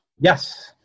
Yes